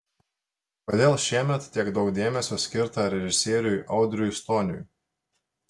kodėl šiemet tiek daug dėmesio skirta režisieriui audriui stoniui